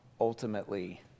ultimately